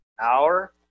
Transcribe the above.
Hour